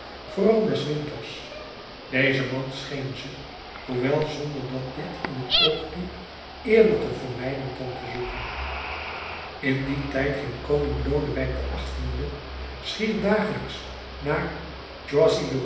vooral des winters deze man scheen ze hoewel zonder dat dit in t oog liep eerder te vermijden dan te zoeken in dien tijd ging koning lodewijk xviii schier dagelijks naar